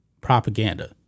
propaganda